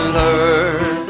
learn